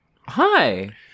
Hi